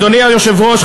אדוני היושב-ראש,